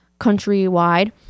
countrywide